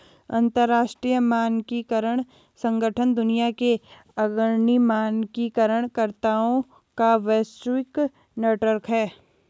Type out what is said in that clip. अंतर्राष्ट्रीय मानकीकरण संगठन दुनिया के अग्रणी मानकीकरण कर्ताओं का वैश्विक नेटवर्क है